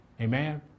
amen